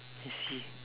I see